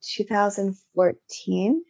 2014